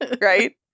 right